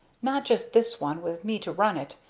not just this one, with me to run it.